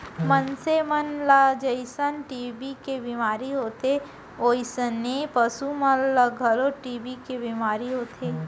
मनसे मन ल जइसन टी.बी के बेमारी होथे वोइसने पसु मन ल घलौ टी.बी के बेमारी होथे